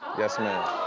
yes, ma'am.